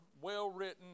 well-written